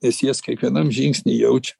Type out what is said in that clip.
nes jas kiekvienam žingsny jaučia